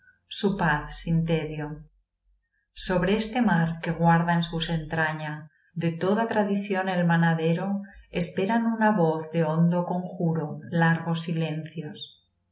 sobre este mar que guarda en sus entraña de toda tradición el manadero esperan una voz de hondo conjuro largos silencios